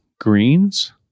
greens –